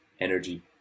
energy